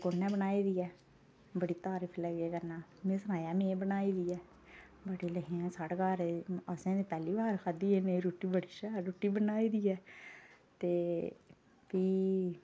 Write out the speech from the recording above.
कुन्नै बनाई दी ऐ बड़ी तारीफ लगे करना में सनाया कि में बनाई दी ऐ कि साढ़े घर असें ते पैह्ली बार खाद्धी नेहीं रुट्टी बड़ी शैल रुट्टी बनाई दी ऐ ते प्ही